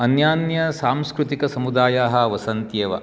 अन्यान्यसांस्कृतिकसमुदायाः वसन्त्येव